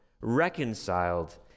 reconciled